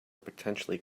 potentially